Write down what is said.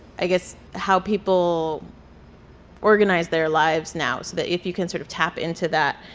i guess how people organize their lives now so that if you can sort of tap into that